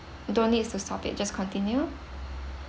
don't needs to stop it just continue